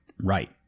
right